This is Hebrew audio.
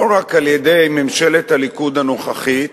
לא רק על-ידי ממשלת הליכוד הנוכחית